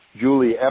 Julie